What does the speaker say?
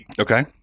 Okay